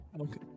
Okay